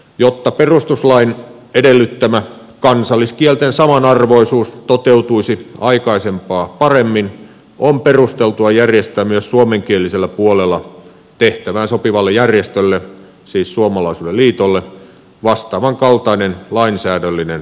jotta perustuslain edellyttämä kansalliskielten samanarvoisuus toteutuisi aikaisempaa paremmin on perusteltua järjestää myös suomenkielisellä puolella tehtävään sopivalle järjestölle siis suomalaisuuden liitolle vastaavankaltainen lainsäädännöllisen asema